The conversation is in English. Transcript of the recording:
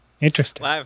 Interesting